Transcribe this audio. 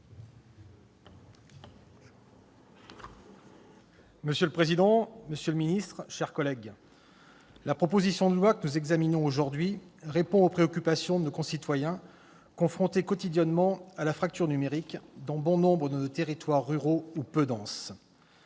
Monsieur le président, monsieur le secrétaire d'État, mes chers collègues, la proposition de loi que nous examinons aujourd'hui vise à répondre aux préoccupations de nos concitoyens confrontés quotidiennement à la fracture numérique dans bon nombre de nos territoires ruraux ou peu denses.